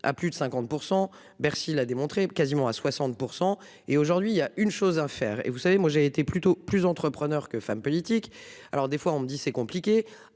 à plus de 50%. Bercy l'a démontré, quasiment à 60% et aujourd'hui il y a une chose à faire et vous savez moi j'ai été plutôt plus entrepreneur que femme politique, alors des fois on me dit c'est compliqué.